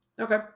okay